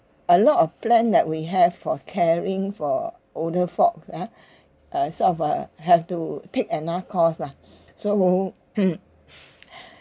a lot of plan that we have for caring for older folk ya uh sort of a have to take another course lah so